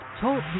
Talk